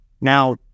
Now